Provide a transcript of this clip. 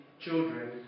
children